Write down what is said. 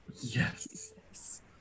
yes